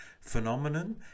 phenomenon